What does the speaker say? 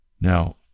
Now